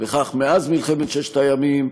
וכך מאז מלחמת ששת המים,